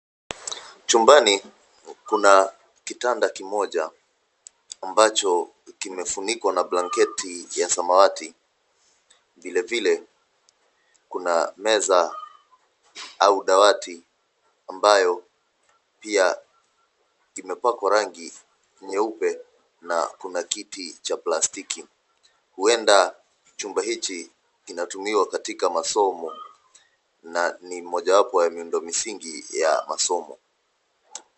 Chumbani kuna kitanda kimoja ambacho kimefunikwa na blanketi ya samawati. Vile vile, kuna meza au dawati ambayo pia imepakwa rangi nyeupe na kuna kiti cha plastiki. Huenda chumba hiki kinatumiwa katika masomo na ni mojawapo ya miundo msingi ya masomo.